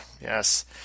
Yes